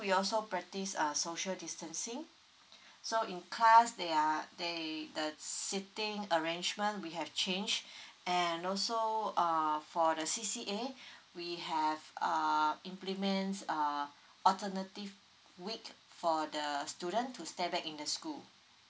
we also practise uh social distancing so in class they are they the seating arrangement we have change and also err for the C C A we have err implements err alternative week for the student to stay back in the school